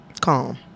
calm